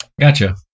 Gotcha